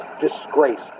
Disgrace